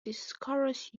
discovers